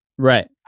Right